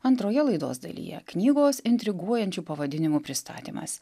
antroje laidos dalyje knygos intriguojančiu pavadinimu pristatymas